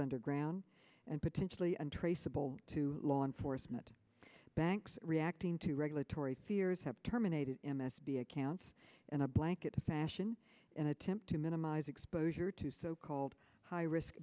underground and potentially untraceable to law enforcement banks reacting to regulatory fears have terminated m s b accounts in a blanket fashion an attempt to minimize exposure to so called high risk